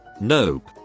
Nope